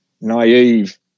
naive